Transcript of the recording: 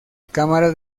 cámara